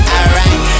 Alright